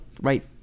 right